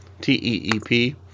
t-e-e-p